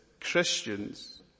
Christians